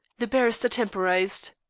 the barrister temporized.